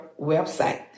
website